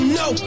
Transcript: no